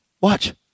Watch